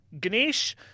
Ganesh